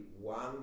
one